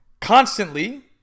constantly